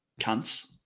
cunts